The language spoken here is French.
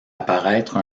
apparaître